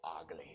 ugly